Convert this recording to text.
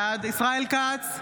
בעד ישראל כץ,